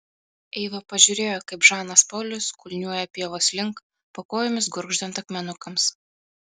eiva pažiūrėjo kaip žanas polis kulniuoja pievos link po kojomis gurgždant akmenukams